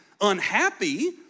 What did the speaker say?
unhappy